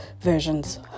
versions